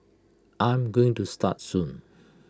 I'm going to start soon